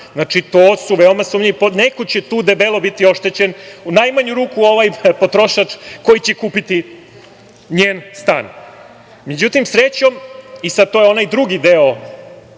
stan. To je veoma sumnjivo. Neko će tu debelo biti oštećen, u najmanju ruku ovaj potrošač koji će kupiti njen stan.Međutim, srećom, to je sada onaj drugi deo,